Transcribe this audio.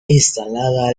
instalada